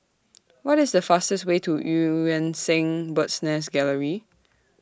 What IS The fastest Way to EU Yan Sang Bird's Nest Gallery